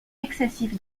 excessif